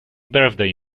birthday